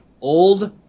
Old